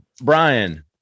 Brian